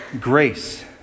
grace